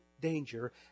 danger